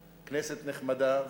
כנסת נחמדה ומפוהקת,